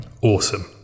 Awesome